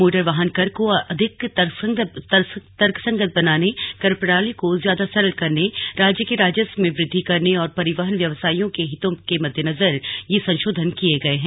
motor वाहन कर को अधिक तर्कसंगत बनाने कर प्रणाली को ज्यादा सरल करने राज्य के राजस्व में वृद्धि करने और परिवहन व्यवसायियों के हितों के मद्देनजर ये संशोधन किये गये हैं